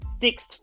six